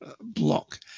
block